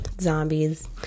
zombies